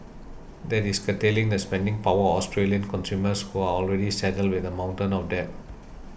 that is curtailing the spending power of Australian consumers who are already saddled with a mountain of debt